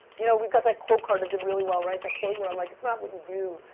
you know we've got that quote card that did really well, right? that quote where i'm like, it's not what you do,